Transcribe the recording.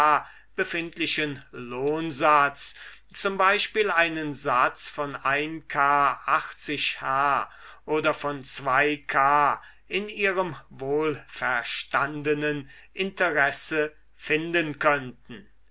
befindlichen lohnsatz z b einen satz von k h oder von in ihrem wohlverstandenen interesse finden könnten